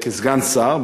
כסגן שר.